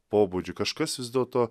pobūdžiu kažkas vis dėlto